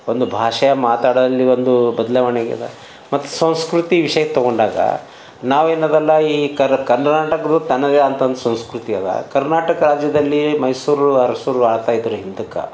ಒಂದು ಭಾಷೆ ಮಾತಾಡಲ್ಲಿ ಒಂದು ಬದಲಾವಣೆ ಆಗ್ಯದ ಮತ್ತು ಸಂಸ್ಕೃತಿ ವಿಷಯ ತೊಗೊಂಡಾಗ ನಾವೆನದಲ್ಲ ಈ ಕರ್ನಾಟಕದ್ದು ತನ್ನದೇ ಆದಂಥ ಒಂದು ಸಂಸ್ಕೃತಿ ಅದ ಕರ್ನಾಟಕ ರಾಜ್ಯದಲ್ಲಿ ಮೈಸೂರು ಅರಸರ್ ಆಳ್ತಾ ಇದ್ರು ಹಿಂದ್ಕ